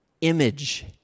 image